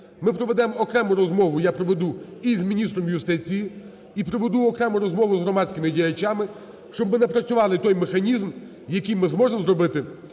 Ми проведемо окрему розмову, я проведу і з міністром юстиції, і проведу окрему розмову з громадськими діячами, щоб ми працювали той механізм, в який ми зможемо зробити